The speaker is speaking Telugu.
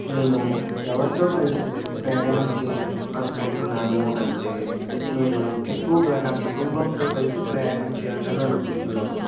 నేను ఎవరితో కలిసి ప్రయాణం చే అనుకుంటున్నాను అంటే నేను ఎక్కువుగా నా కుటుంబంతో కలిసి ప్రయాణం చేయాలని అనుకుంటున్నాను